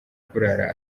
kurara